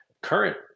current